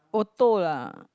auto lah